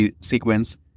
sequence